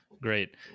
Great